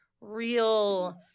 real